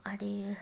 आणि